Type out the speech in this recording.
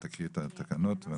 תקריאי את התקנות.